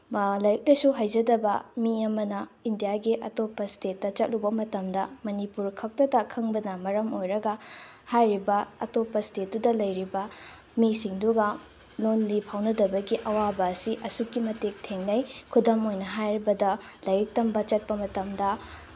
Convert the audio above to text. ꯂꯥꯏꯔꯤꯛ ꯂꯥꯏꯁꯨ ꯍꯩꯖꯗꯕ ꯃꯤ ꯑꯃꯅ ꯏꯟꯗꯤꯌꯥꯒꯤ ꯑꯇꯣꯞꯄ ꯏꯁꯇꯦꯠꯇ ꯆꯠꯂꯨꯕ ꯃꯇꯝꯗ ꯃꯅꯤꯄꯨꯔ ꯈꯛꯇꯗ ꯈꯪꯕꯅ ꯃꯔꯝ ꯑꯣꯏꯔꯒ ꯍꯥꯏꯔꯤꯕ ꯑꯇꯣꯞꯄ ꯏꯁꯇꯦꯠꯇꯨꯗ ꯂꯩꯔꯤꯕ ꯃꯤꯁꯤꯡꯗꯨꯒ ꯂꯣꯟ ꯂꯤ ꯐꯥꯎꯅꯗꯕꯒꯤ ꯑꯋꯥꯕ ꯑꯁꯤ ꯑꯁꯨꯛꯀꯤ ꯃꯇꯤꯛ ꯊꯦꯡꯅꯩ ꯈꯨꯗꯝ ꯑꯣꯏꯅ ꯍꯥꯏꯔꯕꯗ ꯂꯥꯏꯔꯤꯛ ꯇꯝꯕ ꯆꯠꯄ ꯃꯇꯝꯗ